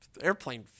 airplane